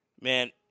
Man